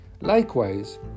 Likewise